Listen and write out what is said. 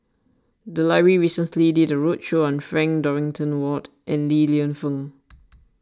the library recently did a roadshow on Frank Dorrington Ward and Li Lienfung